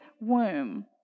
womb